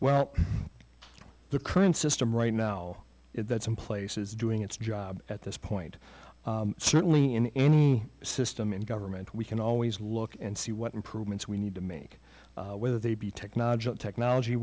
well the current system right now if that's in place is doing its job at this point certainly in any system in government we can always look and see what improvements we need to make whether they be technology technology